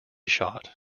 shot